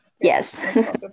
yes